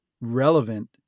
relevant